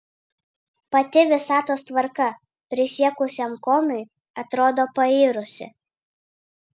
pati visatos tvarka prisiekusiam komiui atrodo pairusi